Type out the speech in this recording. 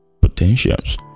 potentials